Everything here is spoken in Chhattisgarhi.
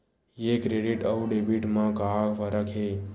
ये क्रेडिट आऊ डेबिट मा का फरक है?